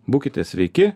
būkite sveiki